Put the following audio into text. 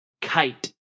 kite